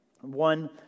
one